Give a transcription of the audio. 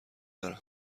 برم